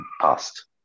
past